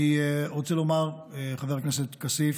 אני רוצה לומר, חבר הכנסת כסיף,